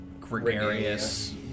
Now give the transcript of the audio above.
gregarious